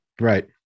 right